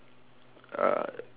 uh